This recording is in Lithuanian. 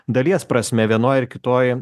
dalies prasme vienoj ar kitoj